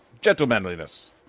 gentlemanliness